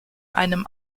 einem